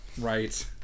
Right